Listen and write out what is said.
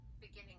Beginning